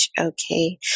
Okay